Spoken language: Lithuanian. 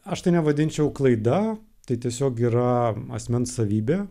aš tai nevadinčiau klaida tai tiesiog yra asmens savybė